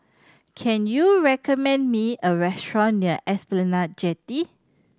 can you recommend me a restaurant near Esplanade Jetty